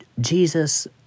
Jesus